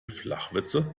flachwitze